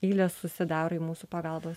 eilės susidaro į mūsų pagalbos